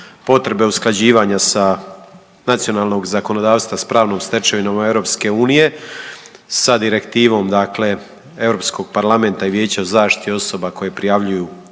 potrebe usklađivanja nacionalnog zakonodavstva sa pravnom stečevinom EU, sa direktivom dakle Europskog parlamenta i Vijeća za zaštitu osoba koje prijavljuju